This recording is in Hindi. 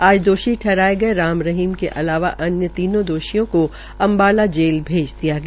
आज दोषी ठहराये गये राम रहीम के अलावा अन्य तीन दोषियों को अम्बाला जेल भेज दिया गया